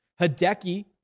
Hideki